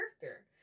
character